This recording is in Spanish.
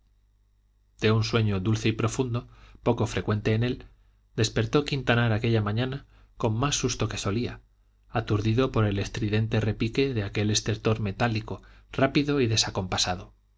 de un sueño dulce y profundo poco frecuente en él despertó quintanar aquella mañana con más susto que solía aturdido por el estridente repique de aquel estertor metálico rápido y